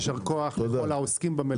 יישר כוח לכל העוסקים במלאכה.